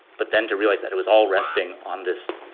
but then to realize that it was all resting on this.